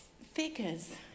figures